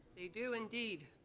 they do indeed.